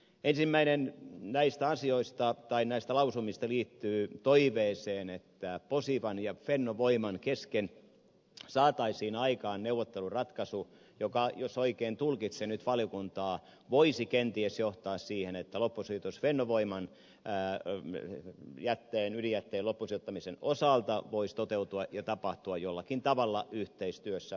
ensimmäinen näistä lausumista liittyy toiveeseen että posivan ja fennovoiman kesken saataisiin aikaan neuvotteluratkaisu joka jos oikein tulkitsen nyt valiokuntaa voisi kenties johtaa siihen että loppusijoitus fennovoiman ydinjätteen loppusijoittamisen osalta voisi toteutua ja tapahtua jollakin tavalla yhteistyössä posivan kanssa